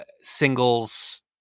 singles